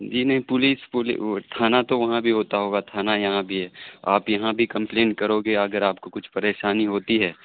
جی نہیں پولیس پولی وہ تھانا تو وہاں بھی ہوتا ہوگا تھانا یہاں بھی ہے آپ یہاں بھی کمپلین کروگے اگر آپ کو کچھ پریشانی ہوتی ہے